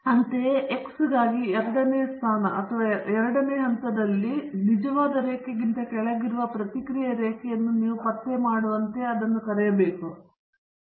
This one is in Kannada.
ಅಂತೆಯೇ X ಗಾಗಿ ಎರಡನೆಯ ಸ್ಥಾನ ಅಥವಾ ಎರಡನೆಯ ಹಂತದಲ್ಲಿ ನಿಜವಾದ ರೇಖೆಗಿಂತ ಕೆಳಗಿರುವ ಪ್ರತಿಕ್ರಿಯೆಯ ರೇಖೆಯನ್ನು ನೀವು ಪತ್ತೆ ಮಾಡುವಂತೆ ನಾವು ಅದನ್ನು ಕರೆ ಮಾಡೋಣ